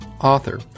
author